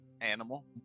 animal